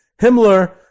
Himmler